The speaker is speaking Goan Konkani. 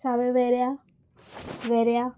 सावयवेऱ्यां वेऱ्यां